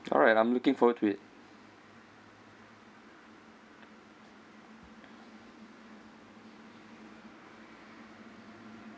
alright I'm looking forward to it